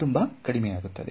ತುಂಬಾ ಕಡಿಮೆಯಾಗುತ್ತದೆ